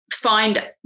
Find